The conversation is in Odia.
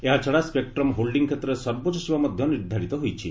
ଏହାଛଡ଼ା ସ୍କେକ୍ଟ୍ରମ ହୋଲ୍ଡିଂ କ୍ଷେତ୍ରରେ ସର୍ବୋଚ୍ଚ ସୀମା ମଧ୍ୟ ନିର୍ଦ୍ଧାରିତ ହୋଇଛି